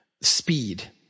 speed